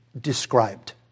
described